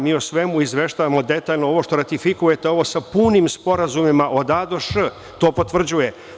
Mi o svemu izveštavamo detaljno ovo što ratifikujete, ovo sa punim sporazumima od „a“ do „š“ to potvrđuje.